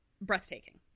breathtaking